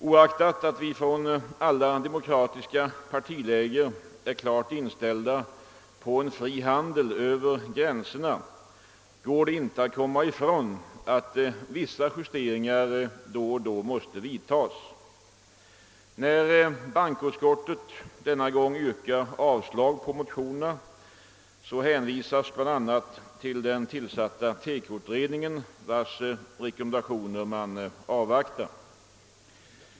Trots att vi inom alla demokratiska partiläger är klart inställda på en fri handel över gränserna är det ofrånkomligt, att vissa justeringar då och då måste vidtagas. När bankoutskottet denna gång yrkar avslag på motionerna hänvisas bl.a. till den tillsatta TEKO-utredningen, vilkens rekommendationer man avvaktar.